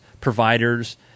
providers